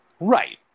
Right